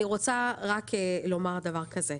אני רוצה רק לומר דבר כזה,